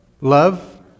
Love